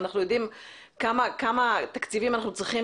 ואנחנו יודעים כמה תקציבים אנחנו צריכים